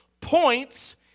points